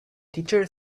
teacher